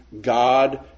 God